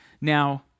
Now